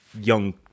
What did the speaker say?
young